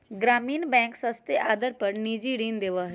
ग्रामीण बैंक सस्ते आदर पर निजी ऋण देवा हई